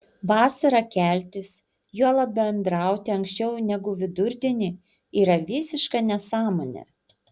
vasarą keltis juolab bendrauti anksčiau negu vidurdienį yra visiška nesąmonė